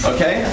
Okay